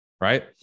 right